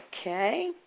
Okay